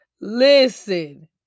listen